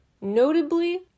Notably